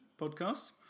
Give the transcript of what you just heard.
Podcast